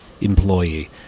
employee